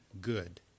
good